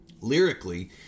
Lyrically